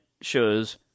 shows